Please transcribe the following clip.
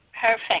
perfect